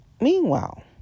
Meanwhile